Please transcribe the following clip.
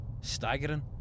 staggering